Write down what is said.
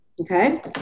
okay